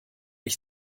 ich